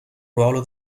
ruolo